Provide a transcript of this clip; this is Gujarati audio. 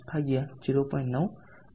9 0